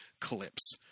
clips